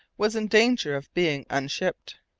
was in danger of being unshipped.